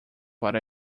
but